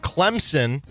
Clemson